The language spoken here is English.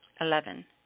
Eleven